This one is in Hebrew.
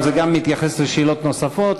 זה גם מתייחס לשאלות נוספות,